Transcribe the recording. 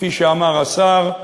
כפי שאמר השר,